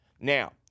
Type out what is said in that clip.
Now